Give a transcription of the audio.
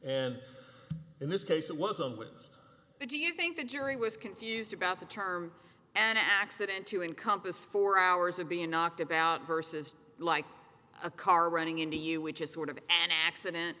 and in this case it was on with just what do you think the jury was confused about the term an accident to encompass four hours of being knocked about versus like a car running into you which is sort of an accident